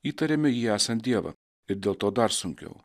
įtariame jį esant dievą ir dėl to dar sunkiau